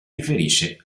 riferisce